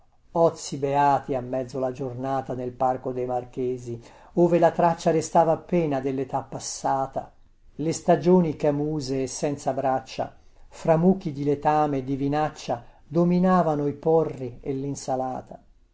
ozi beati a mezzo la giornata nel parco dei marchesi ove la traccia restava appena delletà passata le stagioni camuse e senza braccia fra mucchi di letame e di vinaccia dominavano i porri e linsalata